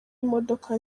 imodoka